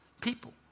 people